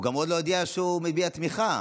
הוא גם עוד לא הודיע שהוא מביע תמיכה.